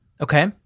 Okay